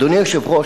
אדוני היושב-ראש,